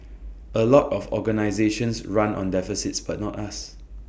A lot of organisations run on deficits but not us